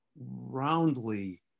roundly